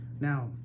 Now